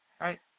Right